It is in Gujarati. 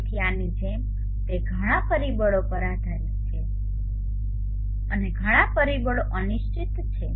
તેથી આની જેમ તે ઘણા પરિબળો પર આધારિત છે અને ઘણા પરિબળો અનિશ્ચિત છે